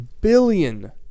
billion